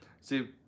See